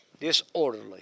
disorderly